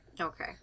Okay